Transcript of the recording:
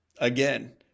again